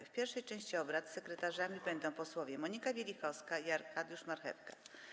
W pierwszej części obrad sekretarzami będą posłowie Monika Wielichowska i Arkadiusz Marchewka.